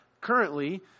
currently